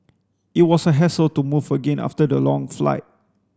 it was a hassle to move again after the long flight